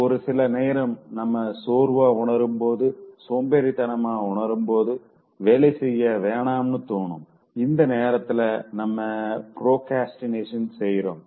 ஒரு சில நேரம் நம்ம சோர்வா உணரும்போது சோம்பேறித்தனமா உணரும்போது வேலை செய்ய வேணாம்னு தோணும் இந்த நேரத்திலதா நம்ம பிராக்ரஸ்டினேட் செய்றோம்